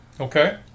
Okay